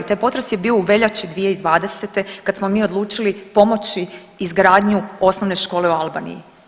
Taj potres je bio u veljači 2020. kad smo mi odlučili pomoći izgradnju osnovne škole u Albaniji.